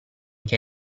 che